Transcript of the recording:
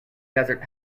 desert